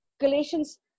Galatians